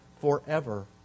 forever